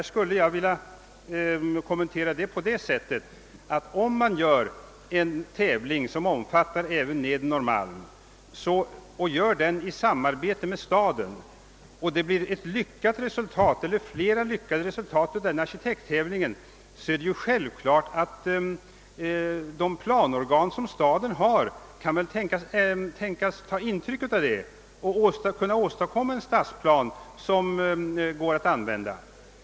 Jag skulle vilja kommentera detta genom att säga att om man i samarbete med staden utlyser en tävling som omfattar även Nedre Norrmalm och det blir ett eller flera lyckade resultat av denna arkitekttävling, är det självklart att de planorgan som staden har kan tänkas ta intryck därav och försöka åstadkomma förslag till en stadsplan som går att använda.